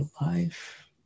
life